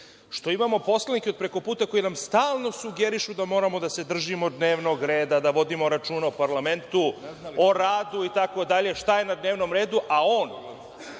što imamo poslanike od preko puta, koji nam stalno sugerišu da moramo da se držimo dnevnog reda, da vodimo računa o parlamentu, o radu itd, šta je na dnevnom redu, a on,